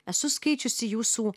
esu skaičiusi jūsų